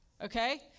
Okay